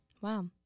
Wow